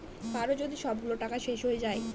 কারো যদি সবগুলো টাকা শেষ হয়ে যায়